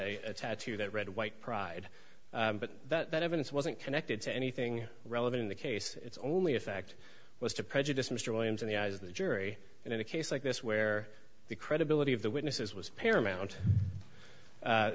had a tattoo that red white pride but that evidence wasn't connected to anything relevant in the case its only effect was to prejudice mr williams in the eyes of the jury and in a case like this where the credibility of the witnesses was paramount